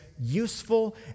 useful